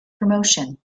promotion